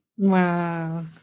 wow